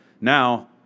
Now